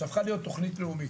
שהפכה להיות תכנית לאומית.